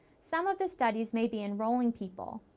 some of the studies may be enrolling people.